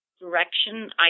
direction